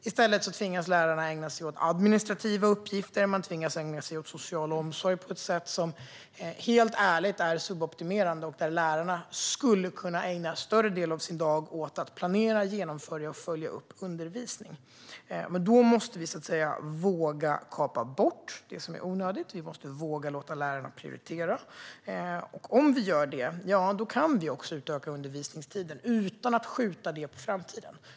I stället tvingas de ägna sig åt administrativa uppgifter och social omsorg på ett sätt som helt ärligt är suboptimerande. Lärarna skulle kunna ägna en större del av sin dag åt att planera, genomföra och följa upp undervisningen. Då måste vi dock våga kapa bort det som är onödigt, och vi måste våga låta lärarna prioritera. Om vi gör det kan vi också utöka undervisningstiden utan att skjuta det på framtiden.